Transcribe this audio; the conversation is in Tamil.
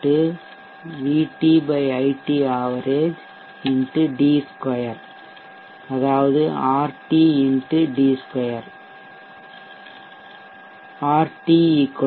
d2 மேலும் Rt R0 d2